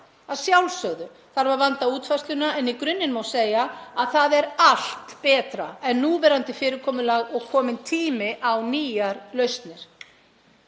Að sjálfsögðu þarf að vanda útfærsluna en í grunninn má segja að það er allt betra en núverandi fyrirkomulag og er kominn tími á nýjar lausnir.